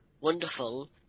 wonderful